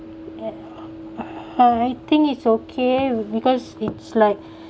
uh I think it's okay because it's like